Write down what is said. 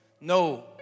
No